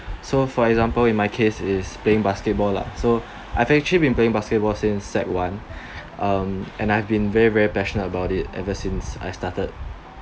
so for example in my case is playing basketball lah so I actually been playing basketball since sec one um and I have been very very passionate about it ever since I started